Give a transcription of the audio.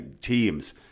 teams